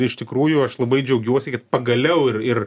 iš tikrųjų aš labai džiaugiuosi kad pagaliau ir ir